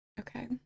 Okay